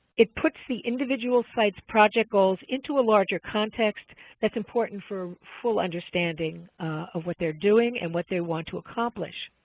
it puts the individual site's project goals into a larger context that's important for full understanding of what they're doing and what they want to accomplish.